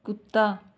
कुत्ता